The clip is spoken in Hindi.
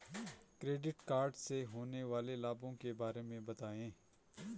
क्रेडिट कार्ड से होने वाले लाभों के बारे में बताएं?